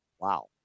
Wow